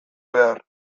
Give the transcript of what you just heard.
behar